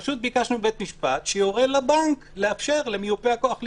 פשוט ביקשנו מבית משפט שיורה לבנק לאפשר למיופה הכוח לפעול.